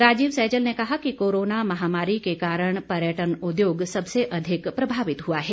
राजीव सैजल ने कहा कि कोरोना महामारी के कारण पर्यटन उद्योग सबसे अधिक प्रभावित हुआ है